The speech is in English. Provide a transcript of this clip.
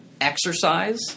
exercise